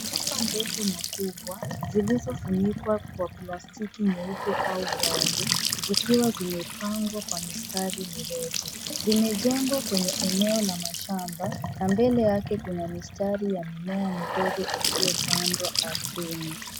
Nyumba ndefu na kubwa zilizo funikwa kwa plastiki nyeupe zikiwa zimepangwa kwa mistari mirefu. Zimejengwa kwenye eneo la wazi na mbele yake kuna mistari ya mimea midogo iliopandwa ardhini.